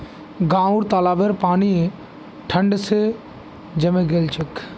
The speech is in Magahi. गांउर तालाबेर पानी ठंड स जमें गेल छेक